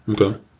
Okay